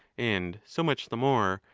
and so much the more,